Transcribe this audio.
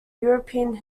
european